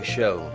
Show